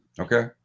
Okay